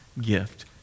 gift